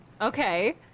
Okay